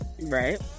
right